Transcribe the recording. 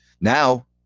now